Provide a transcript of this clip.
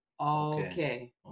Okay